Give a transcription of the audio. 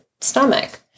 stomach